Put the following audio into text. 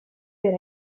per